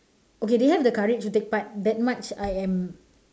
okay they have the courage to take part that much I am